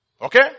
Okay